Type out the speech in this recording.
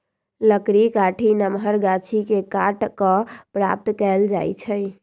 लकड़ी काठी नमहर गाछि के काट कऽ प्राप्त कएल जाइ छइ